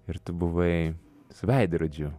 ir tu buvai su veidrodžiu